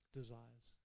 desires